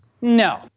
No